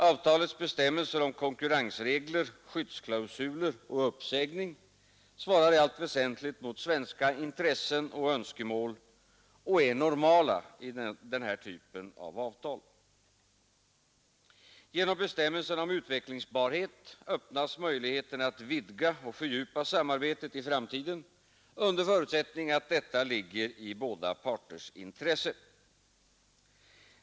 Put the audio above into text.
Avtalets bestämmelser om konkurrensregler, skyddsklausuler och uppsägning svarar i allt väsentligt mot svenska intressen och önskemål och är normala i den här typen av avtal. Genom bestämmelsen om utvecklingsbarhet öppnas möjlighet att vidga och fördjupa samarbetet i framtiden, under förutsättning att detta ligger i båda parters intresse.